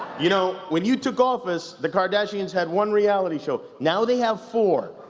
you know, when you took office, the kardashians had one reality show. now they have four.